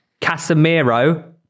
Casemiro